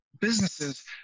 businesses